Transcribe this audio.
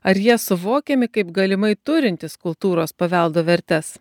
ar jie suvokiami kaip galimai turintys kultūros paveldo vertes